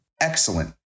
Excellent